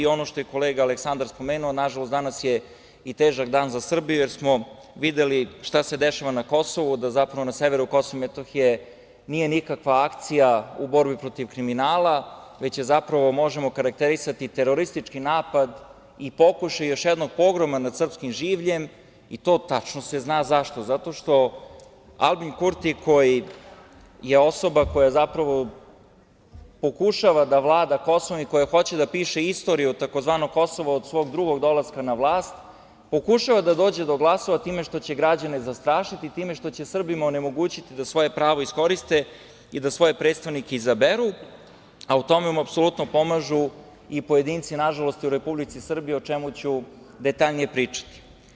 Kolega Aleksandar je spomenuo, nažalost, danas je težak dan za Srbiju jer smo videli šta se dešava na Kosovu, da zapravo na severu KiM nije nikakva akcija u borbi protiv kriminala, već to zapravo možemo okarakterisati kao teroristički napad i pokušaj još jednog pogroma nad srpskim življem, a tačno se zna i zašto - zato što je Albin Kurti osoba koja zapravo pokušava da vlada Kosovom i koja hoće da piše istoriju o tzv. Kosovu od svog drugog dolaska na vlast, pokušava da dođe do glasova time što će građane zastrašiti, time što će Srbima onemogućiti da svoje pravo iskoriste i da svoje predstavnike izaberu, a u tome mu apsolutno pomažu i pojedinci u Republici Srbiji, o čemu ću detaljnije pričati.